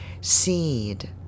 Seed